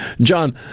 John